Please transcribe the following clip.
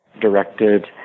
directed